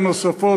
ונוספות,